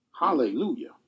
Hallelujah